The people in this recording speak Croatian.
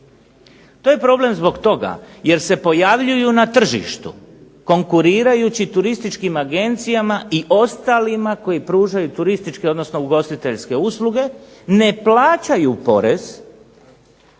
To je problem zbog toga jer se pojavljuju na tržištu konkurirajući turističkim agencijama i ostalima koji pružaju turističke, odnosno ugostiteljske usluge, ne plaćaju porez